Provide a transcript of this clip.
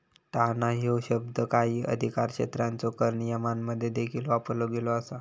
टाळणा ह्यो शब्द काही अधिकारक्षेत्रांच्यो कर नियमांमध्ये देखील वापरलो गेलो असा